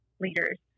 leaders